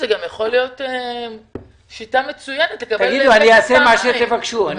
זאת גם יכולה להיות שיטה מצוינת לקבל --- אני אעשה מה שתבקשו.